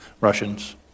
Russians